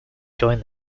join